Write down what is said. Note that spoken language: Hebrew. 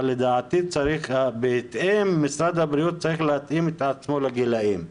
אבל לדעתי גם משרד הבריאות צריך להתאים את עצמו לגילאים.